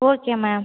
okay ma'am